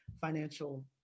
financial